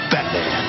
Batman